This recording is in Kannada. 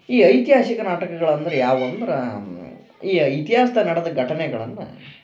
ಈ ಐತಿಹಾಸಿಕ ನಾಟಕಗಳಂದರ ಯಾವ್ವಂದರಾ ಈ ಇತಿಹಾಸ್ದಾಗ್ ನಡೆದ ಘಟನೆಗಳನ್ನ